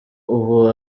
ubu